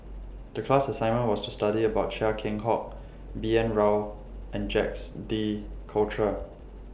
The class assignment was to study about Chia Keng Hock B N Rao and Jacques De Coutre